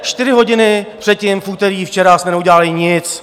Čtyři hodiny předtím, v úterý, včera, jsme neudělali nic.